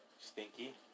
stinky